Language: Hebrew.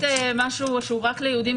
אנחנו לא יכולים לתת משהו שהוא רק ליהודים,